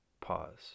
pause